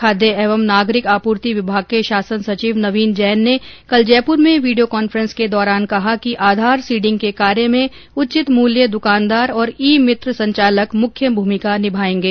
खाद्य एवं नागरिक आपूर्ति विभाग के शासन सचिव नवीन जैन ने कल जयपुर में वीडियो कॉन्फ्रेस के दौरान कहा कि आधार सीडिंग के कार्य में उचित मूल्य दुकानदार और ई मित्र संचालक मुख्य भूमिका निभायेंगे